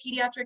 pediatric